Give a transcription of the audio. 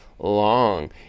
Long